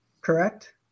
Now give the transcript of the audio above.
correct